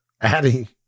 adding